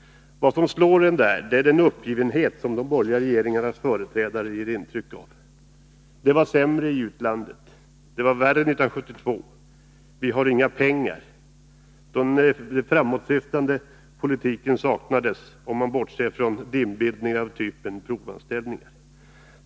Vad som slår en är den uppgivenhet som de borgerliga regeringarnas företrädare ger intryck av. Det var sämre i utlandet. Det var värre 1972. Vi har inga pengar. Den framåtsyftande politiken saknades, om man bortser från dimbildningar av typ provanställning.